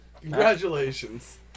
Congratulations